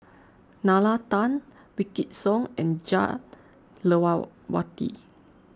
Nalla Tan Wykidd Song and Jah Lelawati